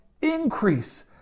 increase